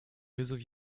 réseaux